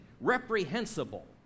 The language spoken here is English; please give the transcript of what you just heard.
reprehensible